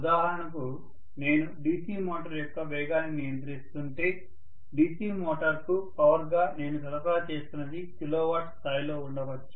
ఉదాహరణకు నేను DC motor యొక్క వేగాన్ని నియంత్రిస్తుంటే DC మోటారుకు పవర్ గా నేను సరఫరా చేస్తున్నది కిలోవాట్ స్థాయిలో ఉండవచ్చు